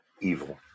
evil